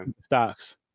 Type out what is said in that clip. Stocks